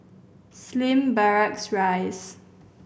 Slim Barracks Rise